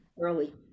early